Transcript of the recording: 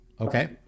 Okay